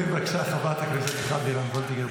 כן, בבקשה, חברת הכנסת מיכל מרים וולדיגר.